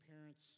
parents